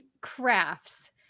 crafts